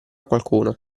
qualcuno